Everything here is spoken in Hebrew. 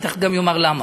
תכף אני אומר למה,